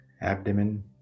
abdomen